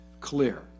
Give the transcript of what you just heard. clear